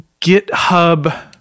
GitHub